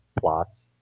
plots